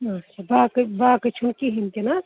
اچھا باقٕے باقٕے چھُنہٕ کِہیٖنۍ تہِ نا